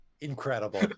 incredible